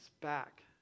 back